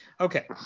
Okay